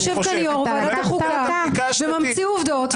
אנחנו כועסים שיושב כאן יו"ר ועדת החוקה וממציא עובדות,